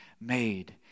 made